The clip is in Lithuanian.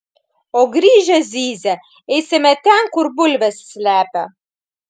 o grįžę zyzia eisime ten kur bulves slepia